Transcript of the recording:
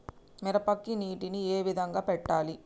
మిరపకి నీటిని ఏ విధంగా పెట్టాలి?